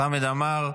חמד עמאר,